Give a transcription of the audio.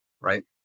right